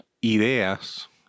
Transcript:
ideas